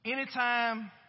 Anytime